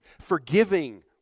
forgiving